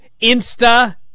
Insta